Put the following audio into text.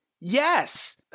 yes